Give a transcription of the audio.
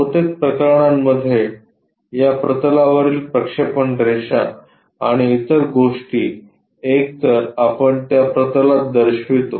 बहुतेक प्रकरणांमध्ये या प्रतलावरील प्रक्षेपण रेषा आणि इतर गोष्टी एकतर आपण त्या प्रतलात दर्शवितो